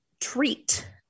treat